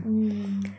mm